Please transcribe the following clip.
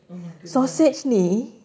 oh my goodness